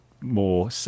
more